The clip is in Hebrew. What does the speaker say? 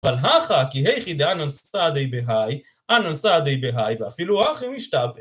אבל הכא, כי היכי דאנן סהדי בהאי, אנן סהדי בהאי, ואפילו הכי משתבעי.